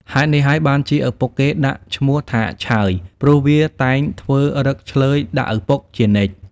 ហេតុនេះហើយបានជាឪពុកគេដាក់ឈ្មោះថា ឆើយ ព្រោះវាតែងធ្វើឫកឈ្លើយដាក់ឪពុកជានិច្ច ។